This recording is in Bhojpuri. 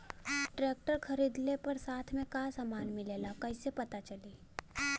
ट्रैक्टर खरीदले पर साथ में का समान मिलेला कईसे पता चली?